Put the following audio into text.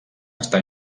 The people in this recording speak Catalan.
està